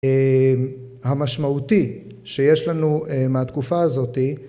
המשמעותי שיש לנו מהתקופה הזאתי